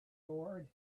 board